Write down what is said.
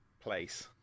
place